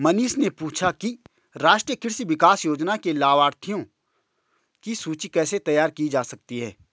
मनीष ने पूछा कि राष्ट्रीय कृषि विकास योजना के लाभाथियों की सूची कैसे तैयार की जा सकती है